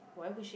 why would she